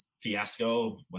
fiasco